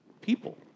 people